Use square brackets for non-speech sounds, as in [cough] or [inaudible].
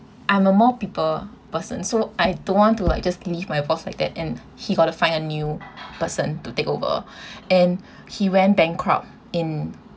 I'm a more people person so I don't want to like just leave my boss like that and he got to find a new person to take over [breath] and he went bankrupt in